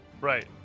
right